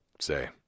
say